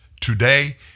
today